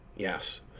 Yes